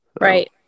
Right